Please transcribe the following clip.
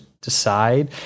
Decide